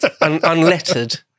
unlettered